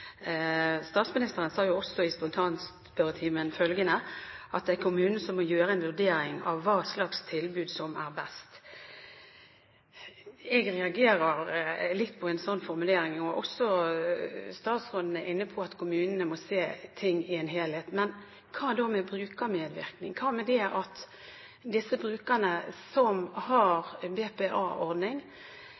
Statsministeren sa også i spontanspørretimen at «det er kommunen som må gjøre en vurdering av hva slags tilbud som er best». Jeg reagerer litt på en slik formulering. Også statsråden er inne på at kommunene må se ting i en helhet, men hva da med brukermedvirkning? Hva med disse brukerne, som har en BPA-ordning og som ønsker å ha det fortsatt – og nye brukere som